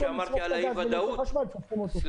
לשלוף את הגז לייצור חשמל שורפים אותו.